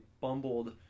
bumbled